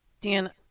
Dan